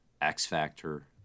X-Factor